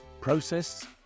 process